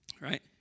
Right